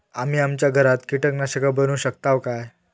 आम्ही आमच्या घरात कीटकनाशका बनवू शकताव काय?